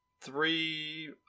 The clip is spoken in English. three –